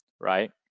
right